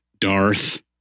Darth